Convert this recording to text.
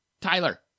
Tyler